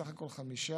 בסך הכול חמישה.